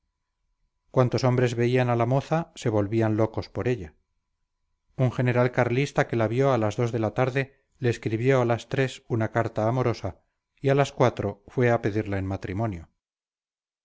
cuantos hombres veían a la moza se volvían locos por ella un general carlista que la vio a las dos de la tarde le escribió a las tres una carta amorosa y a las cuatro fue a pedirla en matrimonio